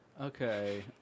Okay